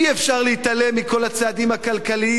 אי-אפשר להתעלם מכל הצעדים הכלכליים